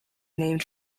named